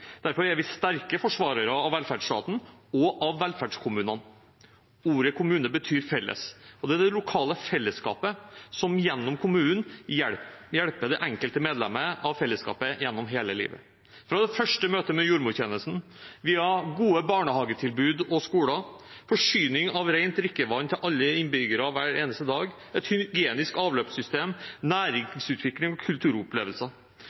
Derfor er vi sterke forsvarere av velferdsstaten – og av velferdskommunene. Ordet «kommune» betyr «felles», og det er det lokale fellesskapet som gjennom kommunen hjelper det enkelte medlemmet av fellesskapet gjennom hele livet – fra det første møtet med jordmortjenesten, via gode barnehagetilbud og skoler, forsyning av rent drikkevann til alle innbyggere hver eneste dag og et hygienisk avløpssystem og til næringsutvikling og kulturopplevelser.